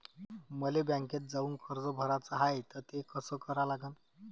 मले बँकेत जाऊन कर्ज भराच हाय त ते कस करा लागन?